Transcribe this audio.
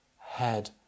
head